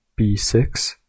b6